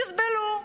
תסבלו.